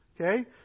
Okay